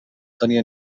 tenia